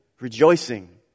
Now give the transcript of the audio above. rejoicing